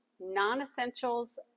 non-essentials